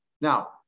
Now